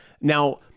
now